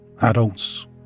adults